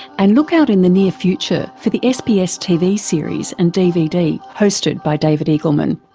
and look out in the near future for the sbs tv series and dvd hosted by david eagleman.